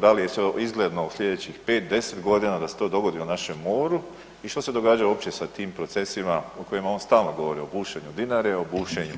Da li je izgledno u sljedećih 5, 10 godina da se to dogodi u našem moru i što se događa uopće sa tim procesima o kojima on stalno govori o bušenju Dinare, o bušenju